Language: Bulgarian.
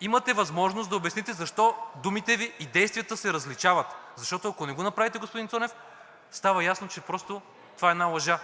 Имате възможност да обясните защо думите Ви и действията се различават? Защото, ако не го направите, господин Цонев, става ясно, че просто това е една лъжа.